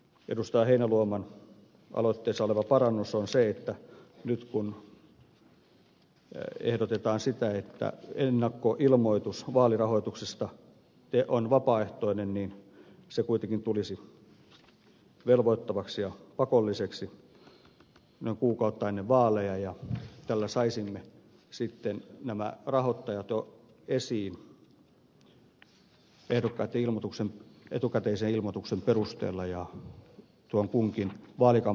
heinäluoman aloitteessa oleva parannus on se että kun nyt ehdotetaan sitä että ennakkoilmoitus vaalirahoituksesta on vapaaehtoinen niin se kuitenkin tulisi velvoittavaksi ja pakolliseksi noin kuukautta ennen vaaleja ja tällä saisimme sitten nämä rahoittajat jo esiin ehdokkaitten etukäteisen ilmoituksen perusteella ja kunkin vaalikampanjan keskusteluun myös mukaan